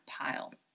pile